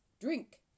drink